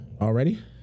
Already